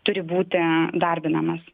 turi būti darbinamas